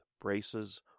braces